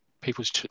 people's